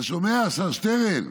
אתה שומע, השר שטרן?